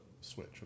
switch